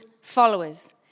followers